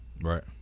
right